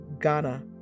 Ghana